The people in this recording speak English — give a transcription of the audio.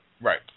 Right